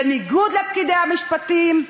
בניגוד לפקידי משרד המשפטים,